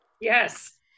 Yes